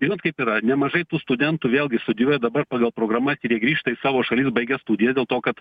žinot kaip yra nemažai tų studentų vėlgi studijuoja dabar pagal programas ir jie grįžta į savo šalis baigę studijas dėl to kad